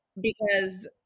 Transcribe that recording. because-